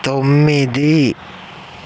తొమ్మిది